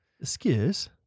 Excuse